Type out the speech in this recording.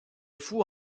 fou